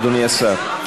אדוני השר.